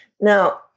Now